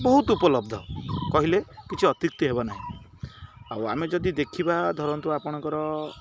ବହୁତ ଉପଲବ୍ଧ କହିଲେ କିଛି ଅତ୍ୟୁକ୍ତି ହେବ ନାହିଁ ଆଉ ଆମେ ଯଦି ଦେଖିବା ଧରନ୍ତୁ ଆପଣଙ୍କର